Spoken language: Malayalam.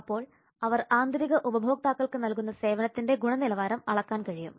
അപ്പോൾ അവർ ആന്തരിക ഉപഭോക്താക്കൾക്ക് നൽകുന്ന സേവനത്തിൻറെ ഗുണനിലവാരം അളക്കാൻ കഴിയും